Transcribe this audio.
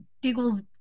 Diggle's